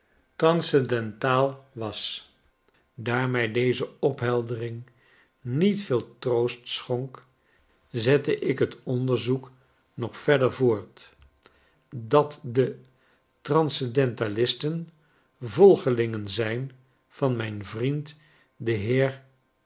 transcendentaal was daar mij deze opheldering niet veel troost schonk zette ik het onderzoek nog verder voort en vond dat de transcendentalisten volgelingen zijn van mijn vriend den heer